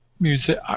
music